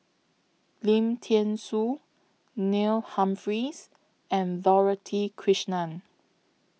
Lim Thean Soo Neil Humphreys and Dorothy Krishnan